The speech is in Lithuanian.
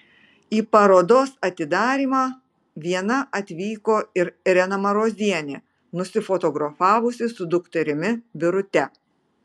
į parodos atidarymą viena atvyko ir irena marozienė nusifotografavusi su dukterimi birute